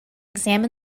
examine